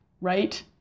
right